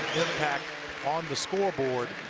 impact on the scoreboard